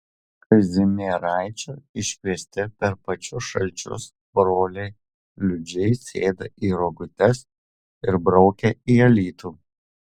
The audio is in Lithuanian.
kazimieraičio iškviesti per pačius šalčius broliai liudžiai sėda į rogutes ir braukia į alytų